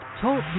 Talk